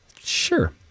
sure